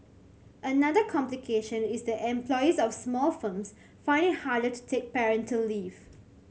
another complication is that employees of small firms find it harder to take parental leave